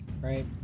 right